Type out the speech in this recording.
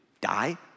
Die